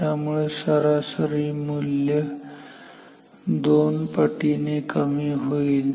त्यामुळे सरासरी मूल्य दोन पटीने कमी होईल